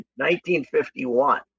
1951